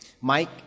Mike